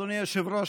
אדוני היושב-ראש,